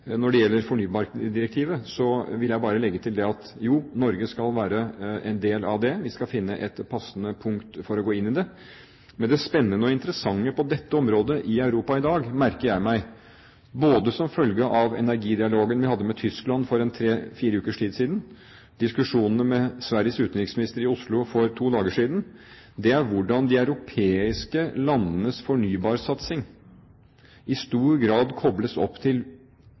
Når det gjelder fornybardirektivet, vil jeg bare legge til at Norge skal være en del av det. Vi skal finne et passende punkt for å gå inn i det. Men det spennende og interessante på dette området i Europa i dag merker jeg meg, både som følge av energidialogen vi hadde med Tyskland for en tre–fire ukers tid siden, og diskusjonene med Sveriges utenriksminister i Oslo for to dager siden, er hvordan de europeiske landenes fornybarsatsing i stor grad kobles opp til